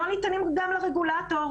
לא ניתנים גם לרגולטור.